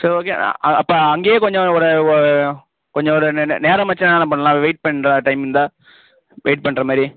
சரி ஓகே அப்போ அங்கேயே கொஞ்சம் ஒரு ஒ கொஞ்சம் ஒரு நே நே நேரமாச்சுனால் என்னண்ண பண்ணலாம் வெயிட் பண்ணுற டைம் இருந்தால் வெயிட் பண்ணுற மாதிரி